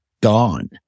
gone